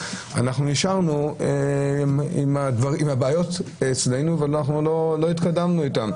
אנחנו נשארנו עם הבעיות אצלנו ואנחנו לא התקדמנו איתן.